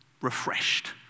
refreshed